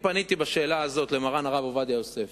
פניתי בשאלה הזאת אל מרן הרב עובדיה יוסף,